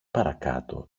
παρακάτω